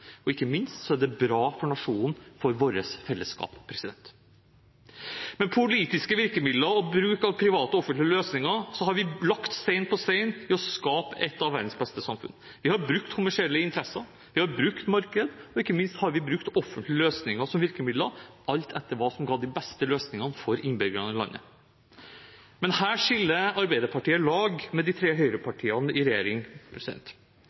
og ikke minst er det bra for nasjonen – for vårt fellesskap. Med politiske virkemidler og bruk av private og offentlige løsninger har vi lagt stein på stein i å skape et av verdens beste samfunn. Vi har brukt kommersielle interesser, vi har brukt marked, og ikke minst har vi brukt offentlige løsninger som virkemidler – alt etter hva som ga de beste løsningene for innbyggerne i landet. Men her skiller Arbeiderpartiet lag med de tre høyrepartiene i regjering.